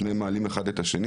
שניהם מעלים אחד את השני